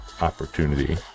opportunity